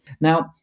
Now